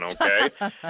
okay